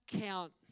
count